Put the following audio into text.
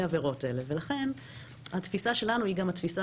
העבירות האלה ולכן התפיסה שלנו היא גם התפיסה